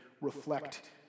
reflect